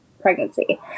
pregnancy